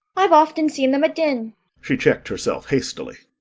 i've often seen them at dinn she checked herself hastily.